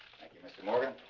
you, mr. morgan.